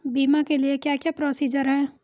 बीमा के लिए क्या क्या प्रोसीजर है?